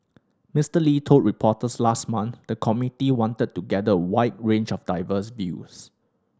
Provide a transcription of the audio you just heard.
Mister Lee told reporters last month the committee wanted to gather a wide range of diverse views